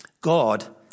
God